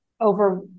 over